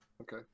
okay